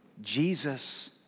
Jesus